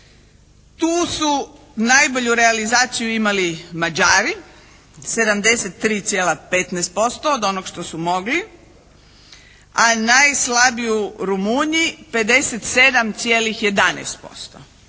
tu su najbolju realizaciju imali Mađari 73,15% od onog što su mogli, a najslabiju Rumunji 57,11%.